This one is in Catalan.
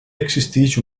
existeix